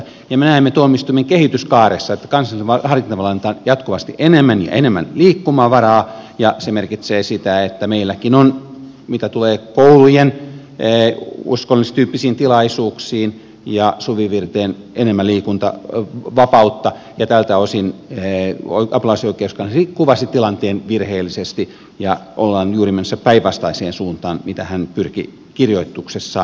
me näemme tuomioistuimen kehityskaaressa että kansalliselle harkintavallalle annetaan jatkuvasti enemmän ja enemmän liikkumavaraa ja se merkitsee sitä että meilläkin on mitä tulee koulujen uskonnollistyyppisiin tilaisuuksiin ja suvivirteen enemmän liikkumavapautta ja tältä osin apulaisoikeuskansleri kuvasi tilanteen virheellisesti ja ollaan juuri menossa päinvastaiseen suuntaan kuin hän pyrki kirjoituksessaan lausumaan